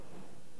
הצבעה.